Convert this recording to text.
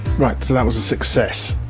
right, so that was a success.